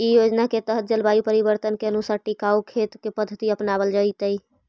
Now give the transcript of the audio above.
इ योजना के तहत जलवायु परिवर्तन के अनुसार टिकाऊ खेत के पद्धति अपनावल जैतई